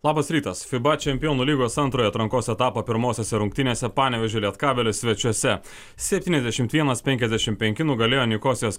labas rytas fiba čempionų lygos antrojo atrankos etapo pirmosiose rungtynėse panevėžio lietkabelis svečiuose septyniasdešimt vienas penkiasdešim penki nugalėjo nikosijos